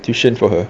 tuition for her